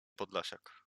podlasiak